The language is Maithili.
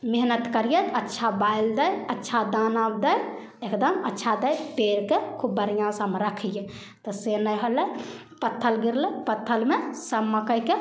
मेहनति करिए अच्छा बाइल दै अच्छा दाना दै एकदम अच्छा दै पेड़के खूब बढ़िआँसँ हम रखिए तऽ से नहि होलै पत्थर गिरलै पत्थरमे सब मकइके